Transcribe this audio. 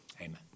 amen